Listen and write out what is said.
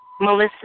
Melissa